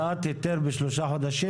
הוצאת היתר בשלושה חודשים?